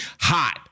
hot